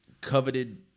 coveted